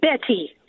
Betty